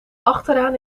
achteraan